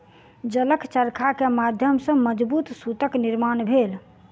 जलक चरखा के माध्यम सॅ मजबूत सूतक निर्माण भेल